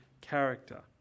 character